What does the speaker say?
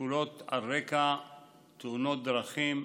שכולות על רקע תאונות דרכים,